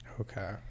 Okay